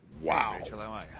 Wow